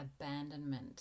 abandonment